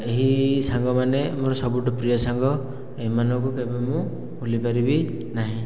ଏହି ସାଙ୍ଗମାନେ ମୋର ସବୁଠୁ ପ୍ରିୟ ସାଙ୍ଗ ଏମାନଙ୍କୁ କେବେ ମୁଁ ଭୁଲିପାରିବି ନାହିଁ